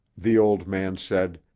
the old man said,